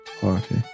party